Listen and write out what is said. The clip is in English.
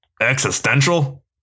Existential